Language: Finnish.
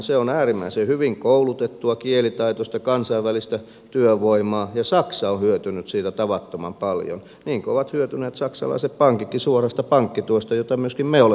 se on äärimmäisen hyvin koulutettua kielitaitoista kansainvälistä työvoimaa ja saksa on hyötynyt siitä tavattoman paljon niin kuin ovat hyötyneet saksalaiset pankitkin suorasta pankkituesta jota myöskin me olemme maksaneet